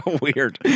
weird